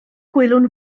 gwelwn